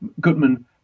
Goodman